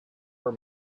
were